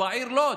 בעיר לוד.